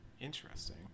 Interesting